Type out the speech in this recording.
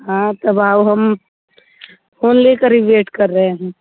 हाँ तब आओ हम फोन लेकर ही वेट कर रहे हैं